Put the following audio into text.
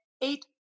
eight